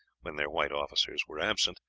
when their white officers were absent,